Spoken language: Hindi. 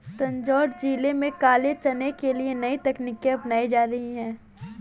तंजौर जिले में काले चने के लिए नई तकनीकें अपनाई जा रही हैं